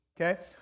Okay